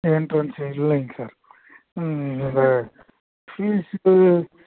entrance இல்லைங்க sir கிடையாது fees